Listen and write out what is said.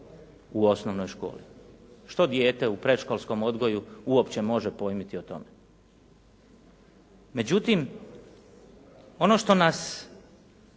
u osnovnoj školi. Što dijete u predškolskom odgoju uopće može pojmiti o tome? Međutim, ono što nas